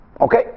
Okay